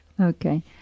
Okay